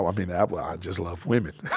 i mean, i but ah just love women